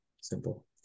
Simple